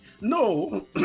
No